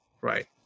right